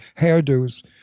hairdos